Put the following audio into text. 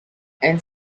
and